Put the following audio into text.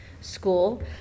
school